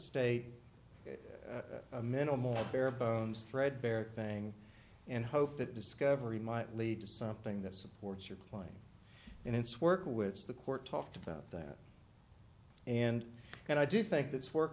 a minimal bare bones threadbare thing and hope that discovery might lead to something that supports your claim in its work which the court talked about that and and i do think that's work